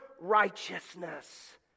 righteousness